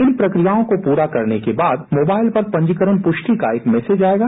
इन प्रक्रियों को पूरा करने के बाद मोबाइल पर पंजीकरण पृष्टि का एक मैसेज आयेगा